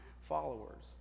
followers